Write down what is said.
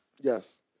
Yes